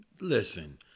Listen